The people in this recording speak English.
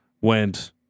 went